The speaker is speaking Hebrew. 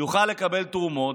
יוכל לקבל תרומות,